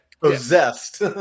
Possessed